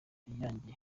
irangiye